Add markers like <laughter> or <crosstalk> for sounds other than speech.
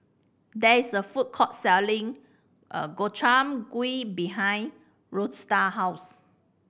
there is a food court selling <hesitation> Gobchang Gui behind Rhoda house